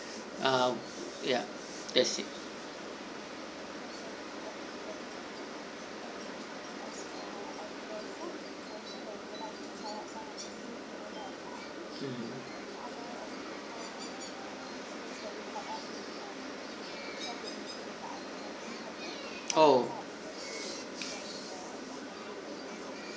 ah ya that's it mm oh